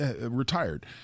retired